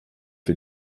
für